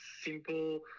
simple